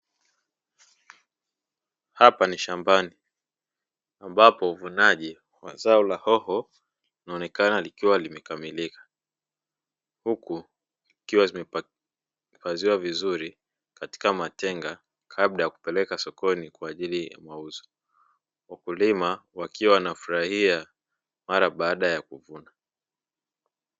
Hapa ni shambani ambapo uvunaji wa zao la hoho linaonekana likiwa limekamilika, huku zikiwa zimehifadhiwa vizuri katika matenga kabla ya kupeleka sokoni kwa ajili ya mauzo. Wakulima wakiwa wanafurahia mara baada ya kuvuna.